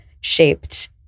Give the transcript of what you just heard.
shaped